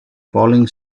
falling